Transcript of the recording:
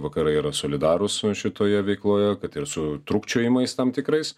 vakarai yra solidarūs šitoje veikloje kad ir su trūkčiojimais tam tikrais